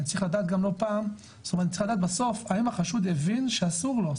אני צריך לדעת בסוף האם החשוד הבין שאסור לו?